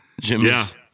Jimmy's